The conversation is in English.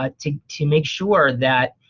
ah to to make sure that,